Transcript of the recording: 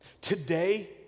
Today